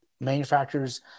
manufacturers